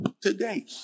today